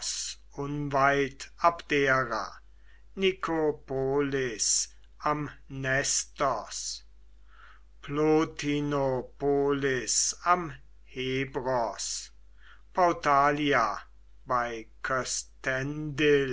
unweit abdera nikopolis am nestos plotinopolis am hebros pautalia bei